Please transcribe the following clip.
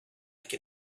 can